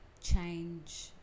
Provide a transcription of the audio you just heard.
change